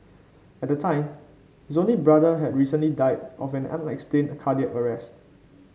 at the time his only brother had recently died of an unexplained cardiac arrest